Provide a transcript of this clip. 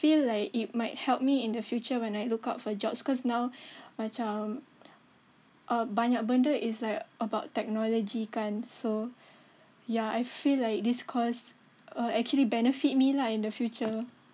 feel like it might help me in the future when I look out for jobs cause now macam um banyak benda is like about technology kan so ya I feel like this course uh actually benefit me lah in the future